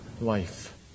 life